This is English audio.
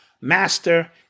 master